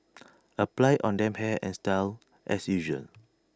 apply on damp hair and style as usual